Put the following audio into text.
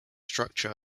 structure